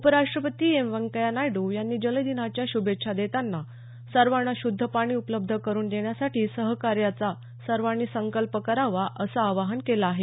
उपराष्ट्रपती एम व्यंकय्या नायडू यांनी जलदिनाच्या शुभेच्छा देताना सर्वांना शुद्ध पाणी उपलब्ध करुन देण्यासाठी सहकार्याचा सर्वांनी संकल्प करावा असं आवाहन केलं आहे